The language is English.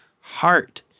heart